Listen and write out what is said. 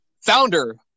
founder